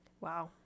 wow